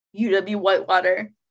UW-Whitewater